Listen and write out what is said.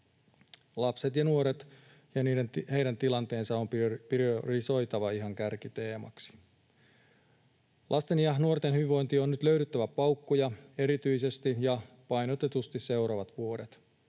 Lapset ja nuoret ja heidän tilanteensa on priorisoitava ihan kärkiteemaksi. Lasten ja nuorten hyvinvointiin on nyt löydettävä paukkuja erityisesti ja painotetusti seuraavat vuodet.